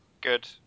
Good